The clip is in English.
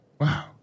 Wow